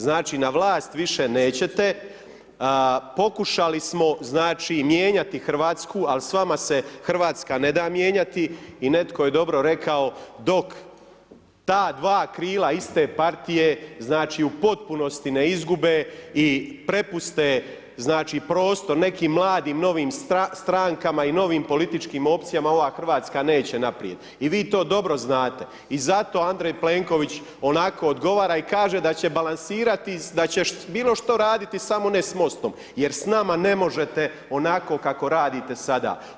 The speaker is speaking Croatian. Znači na vlast više nećete, pokušali smo znači mijenjati Hrvatsku, ali s vama se Hrvatska ne da mijenjati i netko je dobro rekao dok ta dva krila iste partije, znači u potpunosti ne izgube i prepuste znači prostor nekim mladim novim strankama i novim političkim opcijama ova Hrvatska neće naprijed, i vi to dobro znate, i zato Andrej Plenković onako odgovara i kaže da će balansirati, da će bilo što raditi samo ne s MOSTO-om, jer s nama ne možete onako kako radite sada.